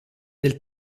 del